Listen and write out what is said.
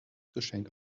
geschenk